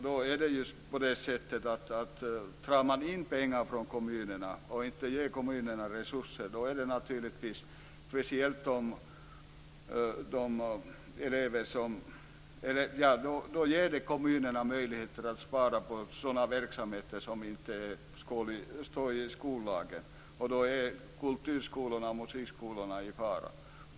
Drar man in pengar från kommunerna och inte ger dem resurser ger det kommunerna möjligheter att spara på sådana verksamheter som inte står i skollagen. Då är kulturskolorna och musikskolorna i fara.